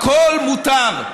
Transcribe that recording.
הכול מותר.